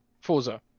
forza